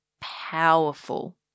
powerful